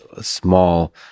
small